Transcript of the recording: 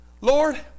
Lord